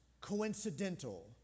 coincidental